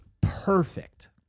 perfect